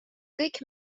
kõik